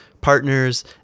partners